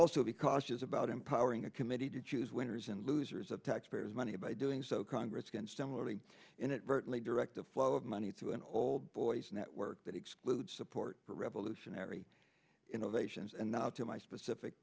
also be cautious about empowering a committee to choose winners and losers of taxpayers money by doing so congress can similarly inadvertently direct the flow of money through an old boys network that excludes support for revolutionary innovations and not to my specific